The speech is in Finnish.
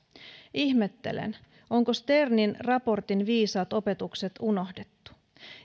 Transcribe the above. ihmettelen onko sternin raportin viisaat opetukset unohdettu